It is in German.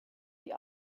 die